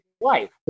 life